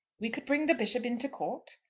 we could bring the bishop into court?